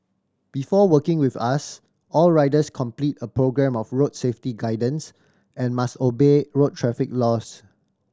before working with us all riders complete a programme of road safety guidance and must obey road traffic laws